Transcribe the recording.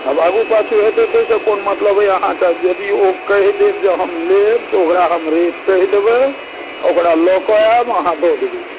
आब आगू पाछू हेतै ताहि से कोन मतलब अइ अहाँकेँ जे ओ कहि देत जे हम लेब तऽ ओकरा हम रेट कहि देबै ओकरा लऽ के आयब अहाँ दऽ देबै